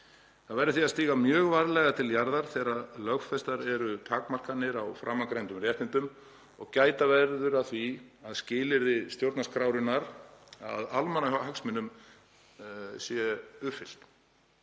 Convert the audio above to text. Það verður því að stíga mjög varlega til jarðar þegar lögfestar eru takmarkanir á framangreindum réttindum og gæta verður að því að skilyrði stjórnarskrárinnar um almannahagsmuni séu uppfyllt.